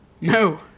No